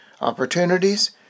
opportunities